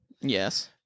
Yes